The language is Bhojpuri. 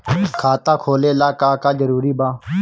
खाता खोले ला का का जरूरी बा?